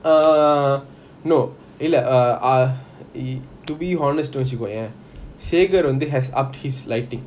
uh no இல்ல:illa uh eh to be honest வெச்சிக்கோயேன் சேகர் வந்து:vechikoyan shekar vanthu has upped his lighting